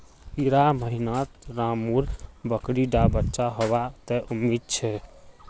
इड़ा महीनात रामु र बकरी डा बच्चा होबा त उम्मीद छे